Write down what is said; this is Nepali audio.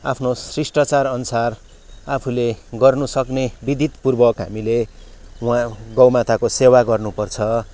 आफ्नो शिष्टाचार अनुसार आफूले गर्न सक्ने विधिपूर्वक हामीले उहाँ गौमाताको सेवा गर्नुपर्छ